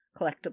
collectible